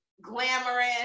glamorous